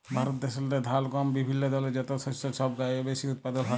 ভারত দ্যাশেল্লে ধাল, গহম বিভিল্য দলের মত শস্য ছব চাঁয়ে বেশি উৎপাদল হ্যয়